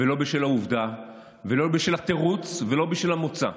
ולא בשל העובדה, ולא בשל התירוץ, ולא בשל המוצא.